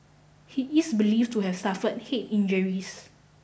he is believed to have suffered head injuries